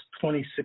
2016